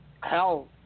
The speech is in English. Hell